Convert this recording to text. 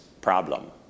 problem